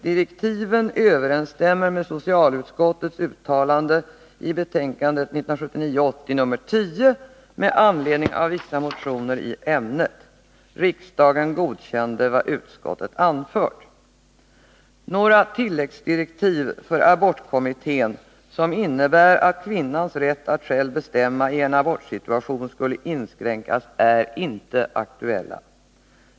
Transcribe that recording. Direktiven överensstämmer med socialutskottets uttalande i betänkande 1979 80:24). Några tilläggsdirektiv för abortkommittén som innebär att kvinnans rätt att själv bestämma i en abortsituation skulle inskränkas är inte aktuella.